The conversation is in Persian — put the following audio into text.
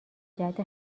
جهت